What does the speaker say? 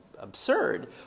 absurd